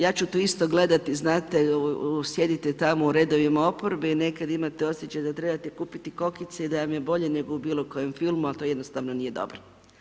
Ja ću tu isto gledati, znate sjedite tamo u redovima oporbe i nekad imate osjećaj da trebate kupiti kokice i da vam je bolje nego u bilo kojem filmu, a to je jednostavno nije dobro.